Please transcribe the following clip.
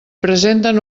presenten